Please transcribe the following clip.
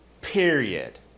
period